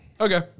Okay